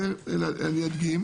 אני אדגים